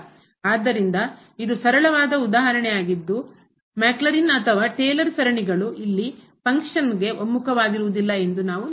ಆದ್ದರಿಂದ ಇದು ಸರಳವಾದ ಉದಾಹರಣೆ ಆಗಿದ್ದು ಮ್ಯಾಕ್ಲೌರಿನ್ ಅಥವಾ ಟೇಲರ್ ಸರಣಿಗಳು ಇಲ್ಲಿ ಫಂಕ್ಷನ್ನ ಕಾರ್ಯಕ್ಕೆ ಗೆ ಒಮ್ಮುಖವಾಗುವುದಿಲ್ಲ ಎಂದು ನಾವು ನೋಡಬಹುದು